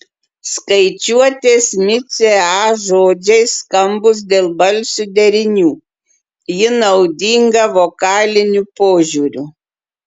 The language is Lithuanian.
skaičiuotės micė a žodžiai skambūs dėl balsių derinių ji naudinga vokaliniu požiūriu